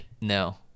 No